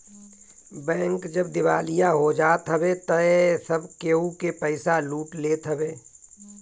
bank जब दिवालिया हो जात हवे तअ सब केहू के पईसा लूट लेत हवे